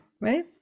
right